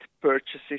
purchases